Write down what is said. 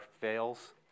fails